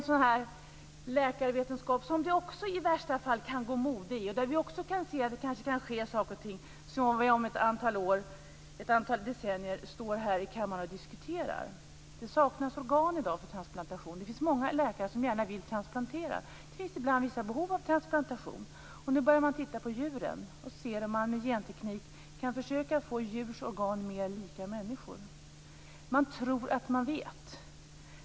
Det är en läkarvetenskap som det också i värsta fall kan gå mode i och där vi kan se att det kan hända saker och ting som vi om ett antal år eller decennier står här i kammaren och diskuterar. Det saknas organ i dag för transplantationer. Det finns många läkare som gärna vill transplantera. Det finns ibland vissa behov av transplantation. Nu börjar man titta på djuren och ser om man med genteknik kan få djurens organ mer lika människors. Man tror att man vet.